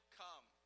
come